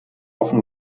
offen